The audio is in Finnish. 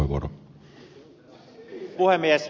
arvoisa puhemies